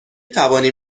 توانیم